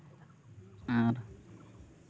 ᱟᱨ